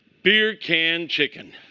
beer can chicken.